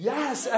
Yes